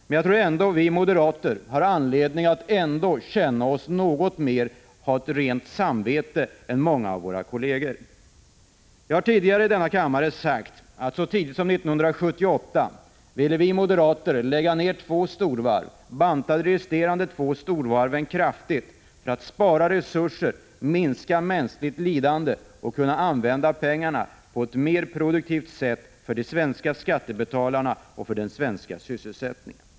Men jag tror att vi moderater ändå har anledning att ha litet mera rent samvete än många av våra kolleger. Jag har tidigare i denna kammare sagt att vi moderater så tidigt som 1978 ville lägga ned två storvarv, banta ned de resterande två storvarven kraftigt för att spara resurser, minska mänskligt lidande och använda pengarna på ett mera produktivt sätt för de svenska skattebetalarna och för sysselsättningen.